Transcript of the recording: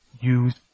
Use